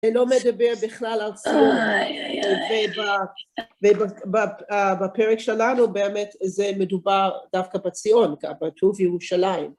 אינו מדבר בכלל על ציון, ובפרק שלנו באמת זה מדובר דווקא בציון, בטוב ירושלים.